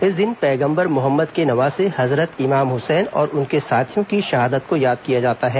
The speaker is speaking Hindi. इस दिन पैगंबर मोहम्मद के नवासे हजरत इमाम हुसैन और उनके साथियों की शहादत को याद किया जाता है